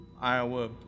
Iowa